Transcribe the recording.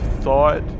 thought